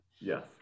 Yes